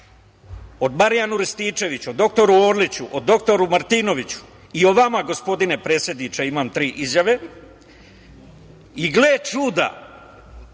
o Marijanu Rističeviću, o doktoru Orliću, o doktoru Martinoviću i o vama, gospodine predsedniče, imam tri izjave. Gle čuda,